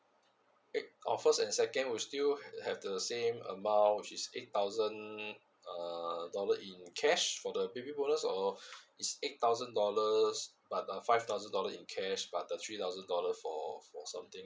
wait our first and second will still have the same amount which eight thousand uh dollar in cash for the baby bonus or is eight thousand dollars but a five thousand dollar in cash but a three thousand dollar for for something